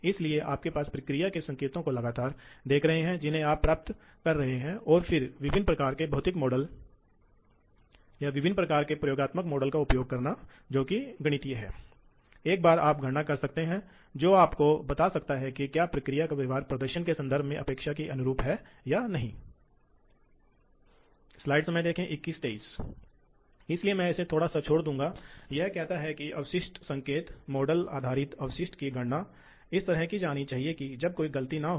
तो अब हम इस मशीन के लिए ड्राइव आवश्यकताओं पर एक नज़र डालेंगे इसलिए हमारे पास दो प्रकार की ड्राइव हैं एक ड्राइव एक फीड ड्राइव है इसलिए यदि आप देखते हैं तो मूल रूप से यदि आप ड्राइव पर लोड देखते हैं तो लोड दिया जाता है इस तरह से एक अभिव्यक्ति द्वारा जहां लोड टॉर्क यह टीएल है लोड टॉर्क टॉर्क है इसलिए यह बल है तो कटिंग फोर्स जो कि घटित हो रही है जो कि इस मामले में हम मोड़ के मामले में कहते हैं जो फीड ड्राइव को मोड़ने के मामले में टिप पर घटित हो रहा है उपकरण को सही कर रहा है